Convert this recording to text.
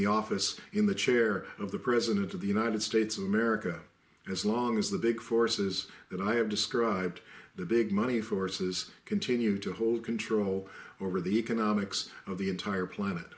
the office in the chair of the president of the united states of america as long as the big forces that i have described the big money forces continue to hold control over the economics of the entire planet